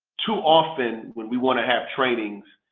too often when we want to have trainings